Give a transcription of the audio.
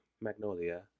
Magnolia